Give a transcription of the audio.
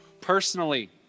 Personally